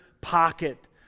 pocket